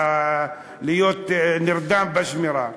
הוא נרדם בשמירה.